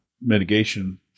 mitigation